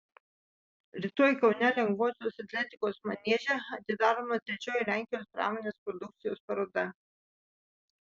rytoj kaune lengvosios atletikos manieže atidaroma trečioji lenkijos pramonės produkcijos paroda